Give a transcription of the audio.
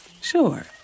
Sure